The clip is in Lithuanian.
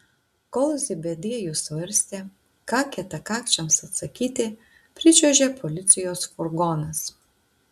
kol zebediejus svarstė ką kietakakčiams atsakyti pričiuožė policijos furgonas